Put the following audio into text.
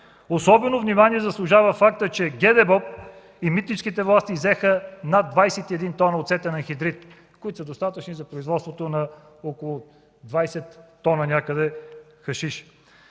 Особено внимание заслужава фактът, че ГДБОП и митническите власти иззеха над 21 тона оцетен анхидрид, които са достатъчни за производството на около 20 тона хашиш.